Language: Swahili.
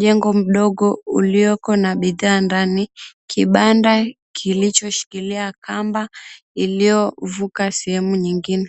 Jengo mdogo ulioko na bidhaa ndani. Kibanda kilichoshikilia kamba iliyovuka sehemu nyingine.